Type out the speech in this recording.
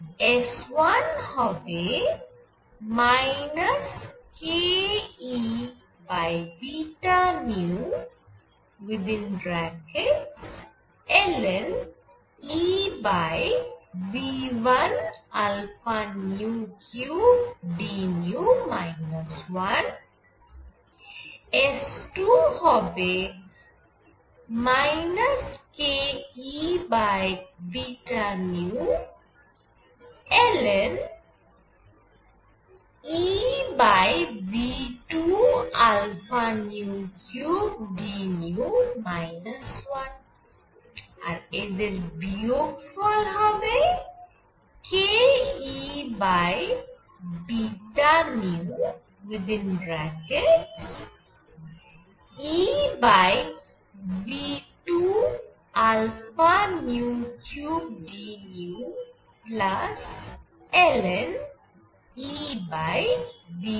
S1 হবে kEβνln⁡EV13dν 1 S2 হবে kEβνln EV23dν 1 আর এদের বিয়োগফল হবে kEβν ln⁡EV23dν ln⁡EV13dν